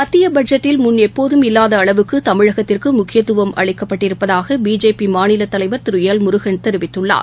மத்தியபட்ஜெட்டில் முன்னெப்போதம் இல்லாதஅளவுக்குதமிழகத்திற்குழுக்கியத்துவம் அளிக்கப்பட்டிருப்பதாகபிஜேபிமாநிலத் தலைவர் திருஎல் முருகன் தெரிவித்துள்ளார்